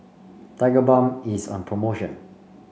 Tigerbalm is on promotion